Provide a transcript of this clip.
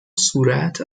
صورت